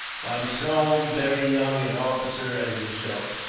by so very young an officer as yourself.